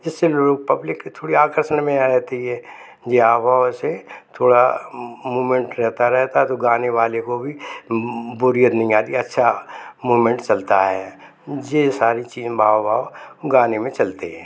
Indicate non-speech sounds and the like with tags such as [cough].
जिससे [unintelligible] पब्लिक थोड़ी आकर्षण में आ जाती है जे हाव भाव से थोड़ा मूवमेंट रहता रहता तो गाने वाले को भी बोरियत नहीं आती अच्छा मूवमेंट चलता है जे सारी चीज हाव भाव गाने में चलते हैं